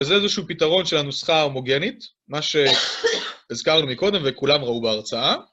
וזה איזשהו פתרון של הנוסחה ההומוגנית, מה שהזכרנו מקודם וכולם ראו בהרצאה.